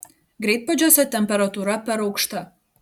greitpuodžiuose temperatūra per aukšta